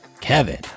Kevin